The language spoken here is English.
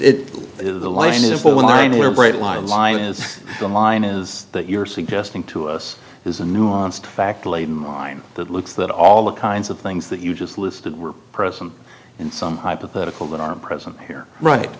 is the line is that you're suggesting to us is a nuanced fact laden line that looks that all the kinds of things that you just listed were present in some hypothetical that are present here right